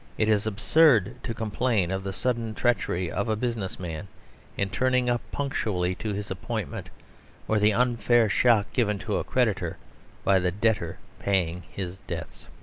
it is absurd to complain of the sudden treachery of a business man in turning up punctually to his appointment or the unfair shock given to a creditor by the debtor paying his debts.